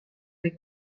või